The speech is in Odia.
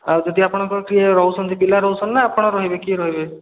ଆଉ ଯଦି ଆପଣ କିଏ ରହୁଛନ୍ତି ପିଲା ରହୁଛନ୍ତି ନା ଆପଣ ରହିବେ କିଏ ରହିବେ